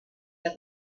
that